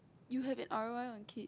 you have an R_O_I on kid